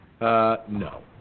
no